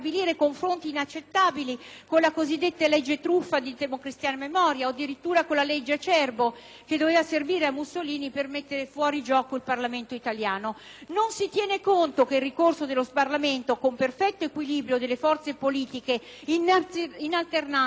servire a Mussolini per mettere fuori gioco il Parlamento italiano. Non si tiene conto che il ricorso allo sbarramento, con perfetto equilibrio delle forze politiche, in alternanza tra loro al governo del Paese, è funzionale alla creazione di un bipartitismo stabile e duraturo.